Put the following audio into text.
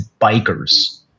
bikers